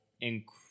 incredible